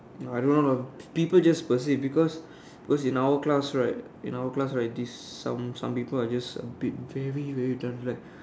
I don't know lah people just firstly because because in our class right in our class right this some some people are just a bit very very direct